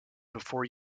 before